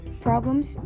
problems